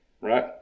right